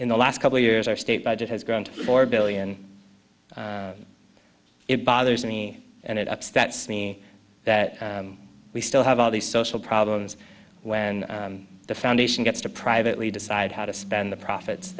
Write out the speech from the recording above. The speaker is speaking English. in the last couple years our state budget has grown to four billion it bothers me and it upsets me that we still have all these social problems when the foundation gets to privately decide how to spend the profits